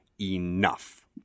enough